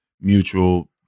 mutual